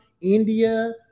India